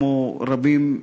כמו רבים,